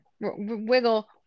wiggle